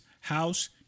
house